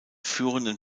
führenden